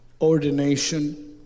ordination